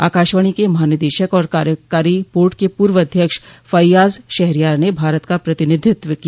आकाशवाणी के महानिदेशक और कार्यकारी बोर्ड के पूर्व अध्यक्ष फय्याज शहरयार ने भारत का प्रतिनिधित्व किया